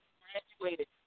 graduated